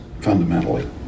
fundamentally